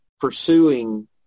pursuing